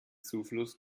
zufluss